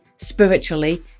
spiritually